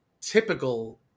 typical